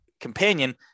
companion